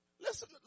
Listen